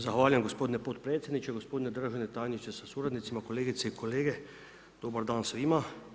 Zahvaljujem gospodine potpredsjedniče, gospodine državni tajniče sa suradnicima, kolegice i kolege dobar dan svima.